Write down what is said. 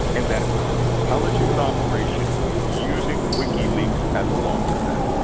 and that it was an intelligence operation using wikileaks as a laundromat.